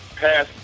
pass